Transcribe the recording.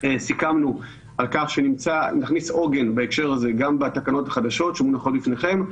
סיכמנו על כך שנכניס עוגן בהקשר הזה גם בתקנות החדשות שמונחות לפניכם.